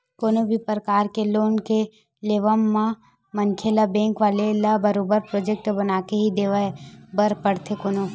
कोनो भी परकार के लोन के लेवब म मनखे ल बेंक वाले ल बरोबर प्रोजक्ट बनाके ही देखाये बर परथे कोनो